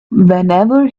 whenever